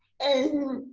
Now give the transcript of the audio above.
and